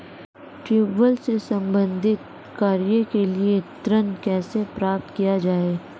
Tubewell से संबंधित कार्य के लिए ऋण कैसे प्राप्त किया जाए?